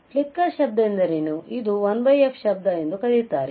flicker ಶಬ್ದ ಎಂದರೇನುಇದನ್ನು 1f ಶಬ್ದ ಎಂದೂ ಕರೆಯುತ್ತಾರೆ